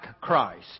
Christ